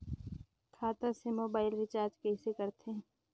खाता से mobile recharge कइसे करथे